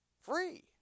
free